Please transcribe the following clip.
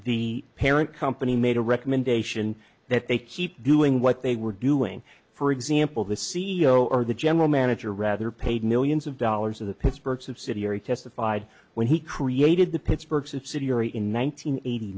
the parent company made a recommendation that they keep doing what they were doing for example the c e o or the general manager rather paid millions of dollars of the pittsburgh subsidiary testified when he created the pittsburgh subsidiary in